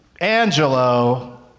Angelo